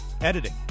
editing